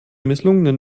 misslungenen